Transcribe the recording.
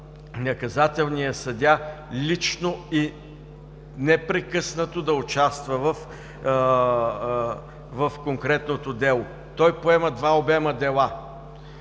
наказателният съдия лично и непрекъснато да участва в конкретното дело. Той поема два обема дела